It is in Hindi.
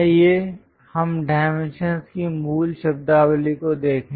आइए हम डाइमेंशंस की मूल शब्दावली को देखें